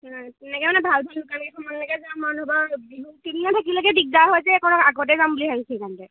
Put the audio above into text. তেনেকৈ মানে ভাল ভাল দোকান কেইখমানলৈকে যাম আৰু বিহু থাকিলেকে দিগদাৰ হৈ যে সেইকাৰণে আগতে যাম বুলি ভাবিছোঁ